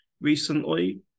recently